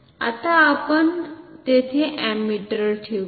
आता आपण तेथे अमीटर ठेवू